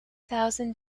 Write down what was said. thousand